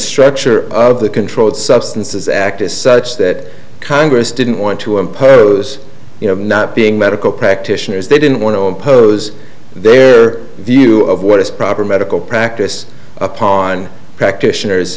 structure of the controlled substances act is such that congress didn't want to impose you know not being medical practitioners they didn't want to impose their view of what is proper medical practice upon practitioners